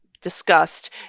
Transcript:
discussed